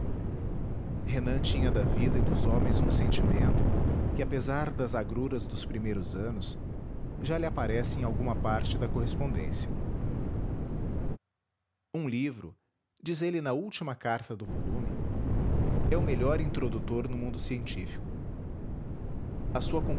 renan tinha da vida e dos homens um sentimento que apesar das agruras dos primeiros anos já lhe aparece em alguma parte da correspondência www nead unama br um livro diz ele na última carta do volume é o melhor introdutor no mundo científico a sua